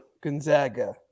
Gonzaga